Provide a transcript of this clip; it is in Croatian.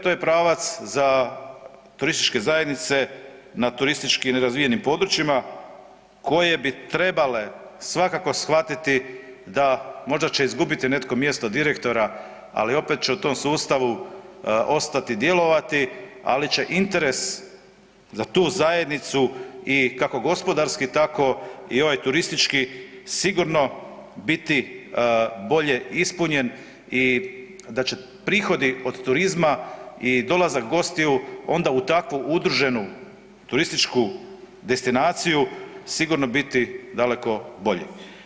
To je, to je pravac za turističke zajednice na turistički nerazvijenim područjima koje bi trebale svakako shvatiti da možda će izgubiti netko mjesto direktora, ali opet će u tom sustavu ostati djelovati, ali će interes za tu zajednicu i kako gospodarski tako i ovaj turistički sigurno biti bolje ispunjen i da će prihodi od turizma i dolazak gostiju onda u takvu udruženu turističku destinaciju sigurno biti daleko bolji.